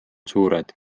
suured